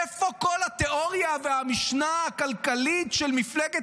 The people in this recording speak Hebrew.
איפה כל התיאוריה והמשנה הכלכלית של מפלגת